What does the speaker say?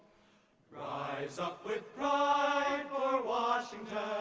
rise up with pride for washington